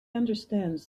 understands